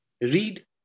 Read